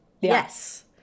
Yes